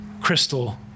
crystal